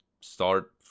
start